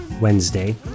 Wednesday